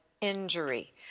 injury